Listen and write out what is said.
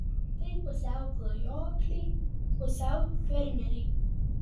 tai pusiau klajokliai pusiau fermeriai